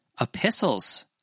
Epistles